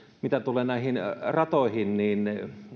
mitä tulee näihin ratoihin niin